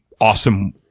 awesome